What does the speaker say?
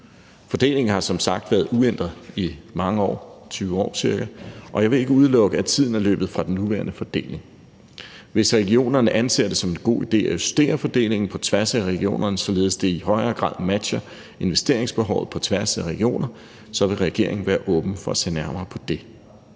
Fordelingen har som sagt været uændret i mange år – ca. 20 år – og jeg vil ikke udelukke, at tiden er løbet fra den nuværende fordeling. Kl. 18:41 Hvis regionerne anser det som en god idé at justere fordelingen på tværs af regionerne, således at det i højere grad matcher investeringsbehovet på tværs af regioner, vil regeringen være åben for at se nærmere på det.